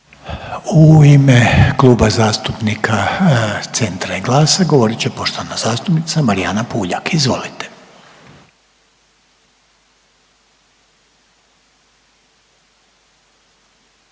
U ime Kluba zastupnika Centra i GLAS-a govorit će poštovana zastupnica Anka Mrak Taritaš. Izvolite.